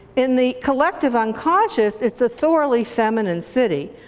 in the collective unconscious it's a thoroughly feminine city,